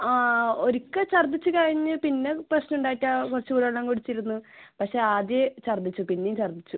ആ ഒരിക്കൽ ഛർദിച്ച് കഴിഞ്ഞ് പിന്നെ പ്രശ്നം ഉണ്ടായിട്ടില്ല കുറച്ച് വെള്ളം കുടിച്ച് ഇരുന്നു പക്ഷെ ആദ്യയും ഛർദിച്ചു പിന്നെയും ഛർദിച്ചു